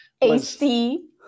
AC